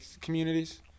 communities